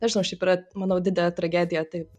nežinau šiaip yra manau didelė tragedija taip